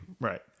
Right